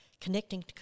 connecting